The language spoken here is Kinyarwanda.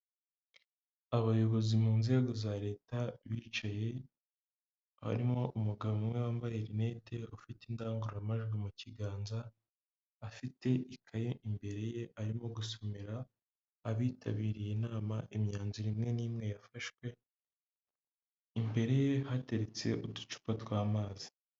Abayobozi mu nzego za leta bicaye, harimo umugabo umwe wambaye rinete ufite indangururamajwi mu kiganza, afite ikaye imbere ye arimo gusomera abitabiriye inama imyanzuro imwe n'imwe yafashwe, imbere ye hateretse uducupa tw'amazi.